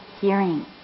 hearing